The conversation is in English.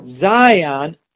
Zion